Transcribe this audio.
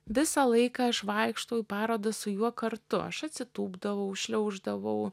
visą laiką aš vaikštau į parodas su juo kartu aš atsitūpdavau šliauždavau